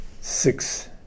six